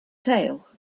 tail